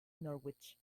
norwich